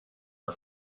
her